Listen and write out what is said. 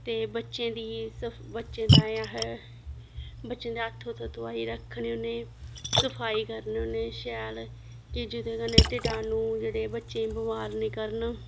ते बच्चें दी बच्चें ताएं अस बच्चें दे हत्थ हूत्थ धोआई रक्खने होन्ने सफाई करने होन्ने शैल कि जेह्दे कन्नै किटाणु जेह्ड़े बच्चें गी बमार निं करन